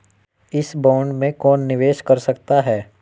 इस बॉन्ड में कौन निवेश कर सकता है?